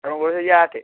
ତୁମ ପାଖରେ ଯାହା ଅଛି